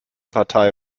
partei